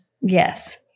Yes